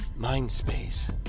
Mindspace